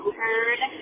heard